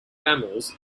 mammals